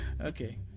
Okay